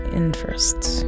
interests